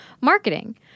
marketing